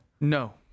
No